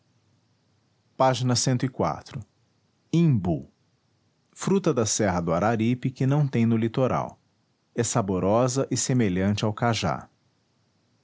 a ág mbu ruta da serra do araripe que não tem no litoral é saborosa e semelhante ao cajá